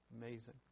amazing